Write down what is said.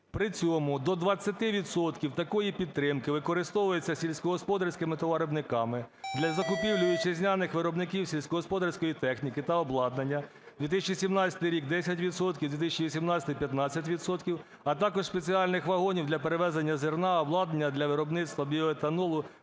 "при цьому до 20 відсотків такої підтримки використовується сільськогосподарськими товаровиробниками для закупівлі вітчизняних виробників сільськогосподарської техніки та обладнання (2017 рій – 10 відсотків, 2018-й – 15 відсотків), а також спеціальних вагонів для перевезення зерна, обладнання для виробництва біоетанолу